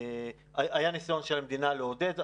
היה ניסיון של המדינה לעודד.